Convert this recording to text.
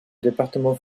département